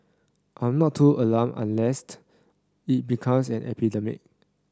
I'm not too alarmed unless it becomes an epidemic